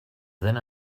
then